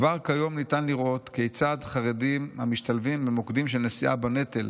כבר כיום ניתן לראות כיצד חרדים המשתלבים במוקדים של נשיאה בנטל,